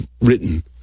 written